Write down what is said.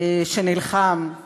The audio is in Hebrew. שנלחם על